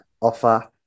offer